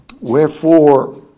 wherefore